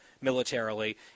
militarily